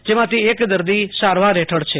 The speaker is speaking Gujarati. જમાંથી એક દર્દી સારવાર હેઠળ છે